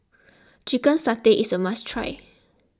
Chicken Satay is a must try